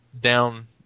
down